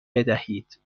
بدهید